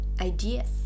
ideas